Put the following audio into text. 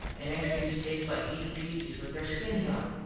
it makes things taste like eatin peaches with there skins on.